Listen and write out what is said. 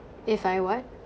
if I what